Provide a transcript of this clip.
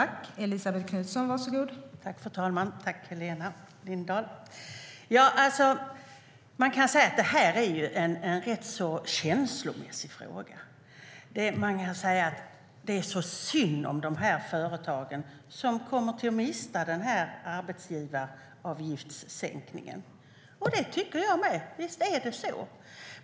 Fru talman! Jag tackar Helena Lindahl för frågan. Det här är en rätt så känslomässig fråga. Man kan säga att det är synd om de företag som kommer att mista arbetsgivaravgiftssänkningen. Det tycker jag med. Visst är det så.